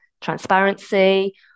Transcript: transparency